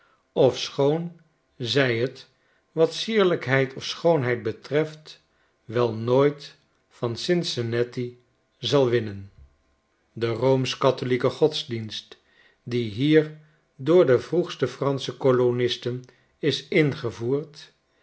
ofschoon zij het wat sierlijkheid of schoonheid betreft wel nooit van cincinnati zal winnen de roomsch-katholieke godsdienst die hier door de vroegste fransche kolonisten is ingevoerd